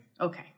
Okay